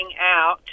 out